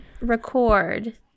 record